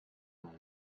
know